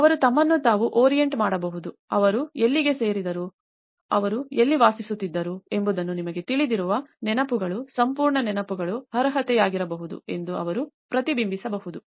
ಆದ್ದರಿಂದ ಅವರು ತಮ್ಮನ್ನು ತಾವು ಓರಿಯಂಟ್ ಮಾಡಬಹುದು ಅವರು ಎಲ್ಲಿಗೆ ಸೇರಿದವರು ಅವರು ಎಲ್ಲಿ ವಾಸಿಸುತ್ತಿದ್ದರು ಎಂಬುದು ನಿಮಗೆ ತಿಳಿದಿರುವ ನೆನಪುಗಳು ಸಂಪೂರ್ಣ ನೆನಪುಗಳು ಅರ್ಹತೆಯಾಗಿರಬಹುದು ಎಂದು ಅವರು ಪ್ರತಿಬಿಂಬಿಸಬಹುದು